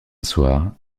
soir